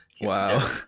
Wow